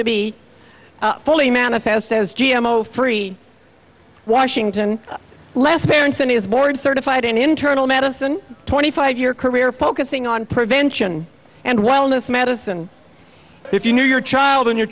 to be fully manifest as g m o free washington les parents and is board certified in internal medicine twenty five year career focusing on prevention and wellness medicine if you knew your child and your